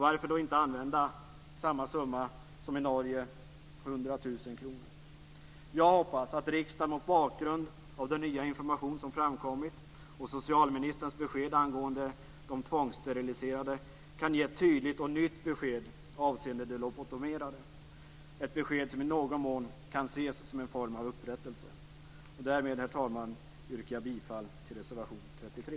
Varför inte använda samma summa som i Norge, alltså 100 000 kr? Jag hoppas att riksdagen mot bakgrund av den nya information som framkommit och socialministerns besked angående de tvångssteriliserade kan ge ett tydligt och nytt besked avseende de lobotomerade, ett besked som i någon mån kan ses som en form av upprättelse. Därmed, herr talman, yrkar jag bifall till reservation 33.